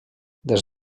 des